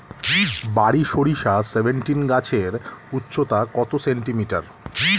বারি সরিষা সেভেনটিন গাছের উচ্চতা কত সেমি?